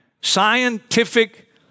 Scientific